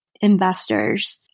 investors